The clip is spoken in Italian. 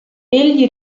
egli